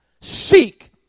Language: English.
Seek